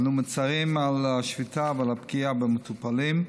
אנו מצירים על השביתה ועל הפגיעה במטופלים,